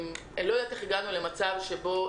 אני לא יודעת איך הגענו למצב שבו